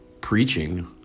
preaching